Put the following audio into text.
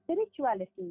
spirituality